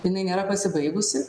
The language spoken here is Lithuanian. jinai nėra pasibaigusi